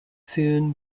soon